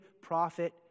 prophet